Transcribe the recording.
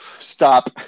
Stop